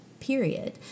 period